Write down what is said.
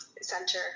Center